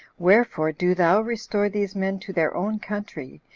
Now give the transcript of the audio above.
wherefore do thou restore these men to their own country,